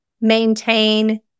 maintain